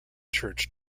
church